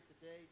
today